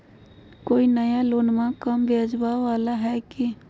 कोइ नया लोनमा कम ब्याजवा वाला हय की?